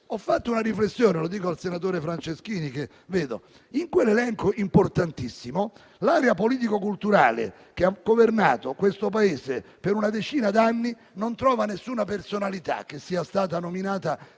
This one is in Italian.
Ho fatto una riflessione e lo dico al senatore Franceschini, che vedo qui: in quell'elenco importantissimo, l'area politico-culturale che ha governato questo Paese per una decina d'anni non trova nessuna personalità che sia stata nominata